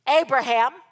Abraham